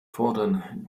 fordern